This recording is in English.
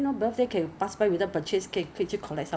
then 你出去了才保养 meh 没有可能 mah